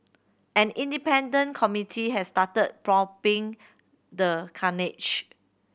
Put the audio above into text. an independent committee has started probing the carnage